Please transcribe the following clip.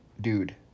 dude